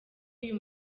uyu